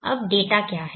अब डेटा क्या है